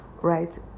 right